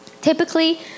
Typically